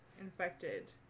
infected